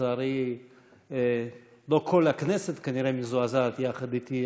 לצערי לא כל הכנסת כנראה מזועזעת יחד אתי,